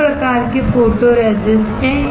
दो प्रकार के फोटोरेसिस्ट हैं